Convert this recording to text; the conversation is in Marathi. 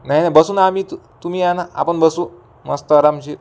नाही नाही बसून आम्ही तू तुम्ही या ना आपण बसू मस्त आरामशीर